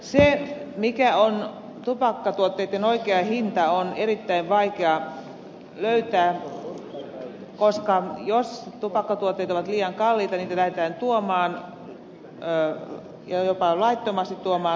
sitä mikä on tupakkatuotteitten oikea hinta on erittäin vaikea löytää koska jos tupakkatuotteet ovat liian kalliita niitä lähdetään tuomaan ja jopa laittomasti tuomaan kotimaahan